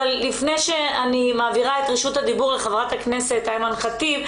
אבל לפני שאני מעבירה את רשות הדיבור לחברת הכנסת אימאן ח'טיב,